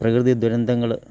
പ്രകൃതി ദുരന്തങ്ങള്